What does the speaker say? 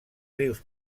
rius